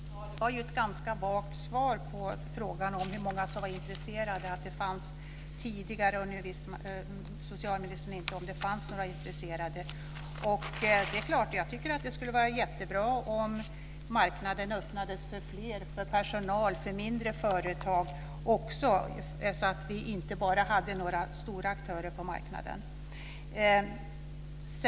Fru talman! Det var ju ett ganska vagt svar på frågan om hur många som var intresserade; att det fanns tidigare och nu visste inte socialministern om det fanns några intresserade. Det är klart att jag tycker att det vore jättebra om marknaden öppnades för fler, för personal och för mindre företag också så att vi inte bara hade några stora aktörer på marknaden.